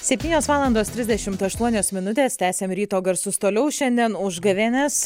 septynios valandos trisdešimt aštuonios minutės tęsiam ryto garsus toliau šiandien užgavėnės